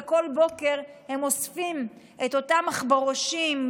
ובכל בוקר הם אוספים את אותם עכברושים,